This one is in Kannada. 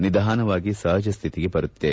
ನಿಧಾನವಾಗಿ ಸಹಜಸ್ಠಿತಿಗೆ ಬರುತ್ತಿದೆ